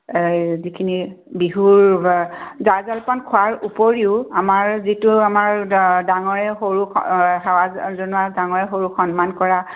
যিখিনি বিহুৰ জা জলপান খোৱাৰ উপৰিও আমাৰ যিটো আমাৰ ডাঙৰে সৰুক সেৱা জনোৱা ডাঙৰে সৰুক সন্মান কৰা